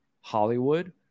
Hollywood